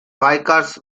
vickers